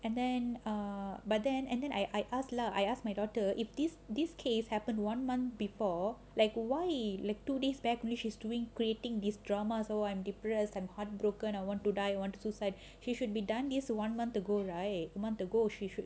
and then err but then and then I I ask lah I ask my daughter if this this case happen one month before like why like two days back she's doing creating this drama is oh I'm depressed I'm heartbroken I want to die want to suicide she should be done this one month ago right month ago she should